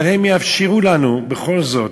אבל הם יאפשרו לנו בכל זאת,